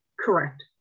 Correct